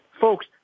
Folks